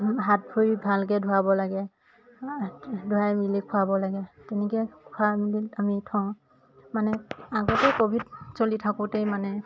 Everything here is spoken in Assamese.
হাত ভৰি ভালকৈ ধুৱাব লাগে ধুৱাই মেলি খোৱাব লাগে তেনেকৈ খোৱাই মেলি আমি থওঁ মানে আগতে ক'ভিড চলি থাকোঁতেই মানে